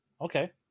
Okay